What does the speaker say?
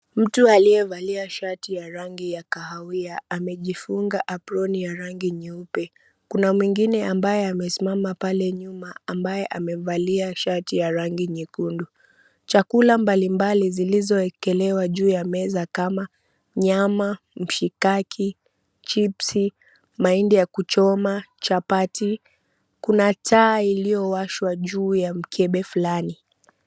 Mtu aliyevalia shati ya rangi ya kahawia amejifunga aproni ya rangi nyeupe. Kuna mwingine ambaye amesimama pale nyuma ambaye amevalia shati ya rangi nyekundu. Chakula mbalimbali zilizoekelewa juu ya meza kama nyama, mshikaki, chipsi, mahindi ya kuchoma, chapati. Kuna taa iliyowashwa juu ya mkebe fulani.